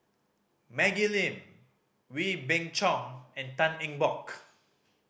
Maggie Lim Wee Beng Chong and Tan Eng Bock